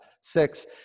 six